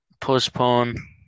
postpone